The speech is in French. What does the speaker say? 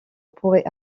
pourrait